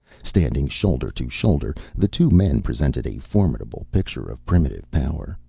standing shoulder to shoulder the two men presented a formidable picture of primitive power.